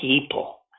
people